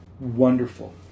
wonderful